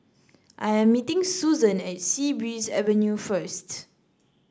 I am meeting Suzan at Sea Breeze Avenue first